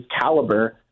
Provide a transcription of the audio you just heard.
caliber